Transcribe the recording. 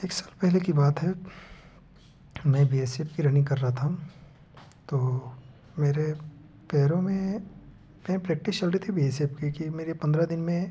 एक साल पहले की बात है मैं बी एस एफ की रनिंग कर रहा था तो मेरे पैरों में मैं मेरी प्रैक्टिस चल रही थी बी एस एफ की कि मेरे पन्द्रह दिन में